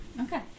Okay